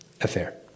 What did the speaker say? affair